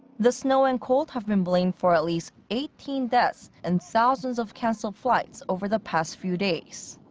the snow and cold have been blamed for at least eighteen deaths and thousands of cancelled flights over the past few days.